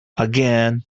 again